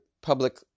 public